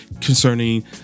concerning